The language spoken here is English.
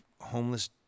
homeless